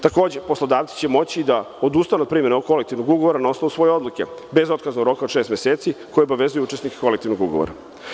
Takođe, poslodavci će moći da odustanu od primene ovog kolektivnog ugovora na osnovu svoje odluke, bez otkaznog roka od šest meseci, koje obavezuje učesnike kolektivnog ugovora.